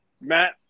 Matt